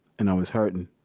and i was hurting